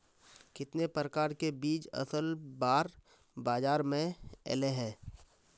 कितने प्रकार के बीज असल बार बाजार में ऐले है?